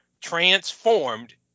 transformed